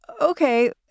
okay